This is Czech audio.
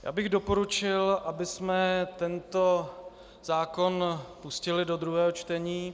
Já bych doporučil, abychom tento zákon pustili do druhého čtení.